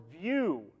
view